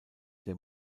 der